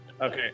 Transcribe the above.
okay